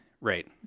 Right